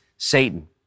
Satan